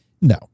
No